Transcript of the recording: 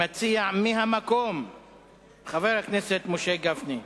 מציע מהמקום חבר הכנסת משה גפני.